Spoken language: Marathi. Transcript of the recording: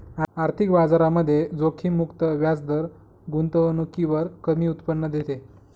आर्थिक बाजारामध्ये जोखीम मुक्त व्याजदर गुंतवणुकीवर कमी उत्पन्न देते